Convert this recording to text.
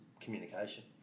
communication